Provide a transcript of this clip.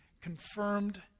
confirmed